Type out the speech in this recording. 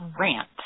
rant